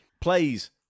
Plays